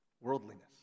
Worldliness